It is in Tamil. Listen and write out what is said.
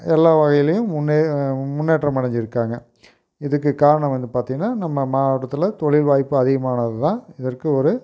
எல்லா வகையிலேயும் முன்னே முன்னேற்றம் அடைஞ்சிருக்காங்க இதுக்குக் காரணம் வந்து பார்த்திங்கன்னா நம்ம மாவட்டத்தில் தொழில் வாய்ப்பு அதிகமானது தான் இதற்கு ஒரு